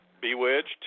Bewitched